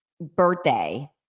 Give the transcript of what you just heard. birthday